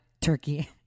turkey